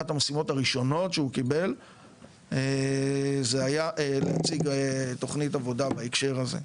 אחת המשימות הראשונות שהוא קיבל זה היה להציג תכנית עבודה בהקשר הזה.